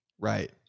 Right